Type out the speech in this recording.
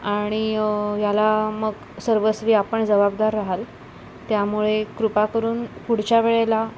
आणि याला मग सर्वस्वी आपण जबाबदार राहाल त्यामुळे कृपा करून पुढच्या वेळेला